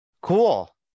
Cool